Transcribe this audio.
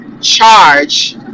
charge